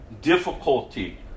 difficulty